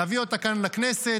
נביא אותה כאן לכנסת.